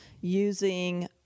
using